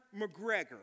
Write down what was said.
McGregor